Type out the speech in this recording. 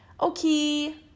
Okay